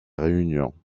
réunion